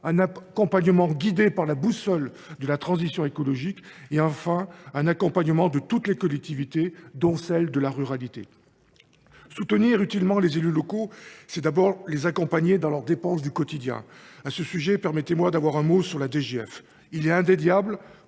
un autre guidé par la boussole de la transition écologique ; enfin, un accompagnement de toutes les collectivités, dont celles de la ruralité. Soutenir utilement les élus locaux, c’est d’abord les accompagner dans leurs dépenses du quotidien. À ce sujet, permettez moi d’avoir un mot sur la DGF. Cette